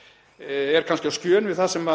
það sem er á skjön við það sem